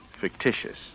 fictitious